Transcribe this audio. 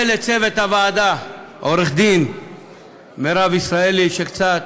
לצוות הוועדה, עו"ד מירב ישראלי, שקצת